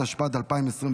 התשפ"ד 2024,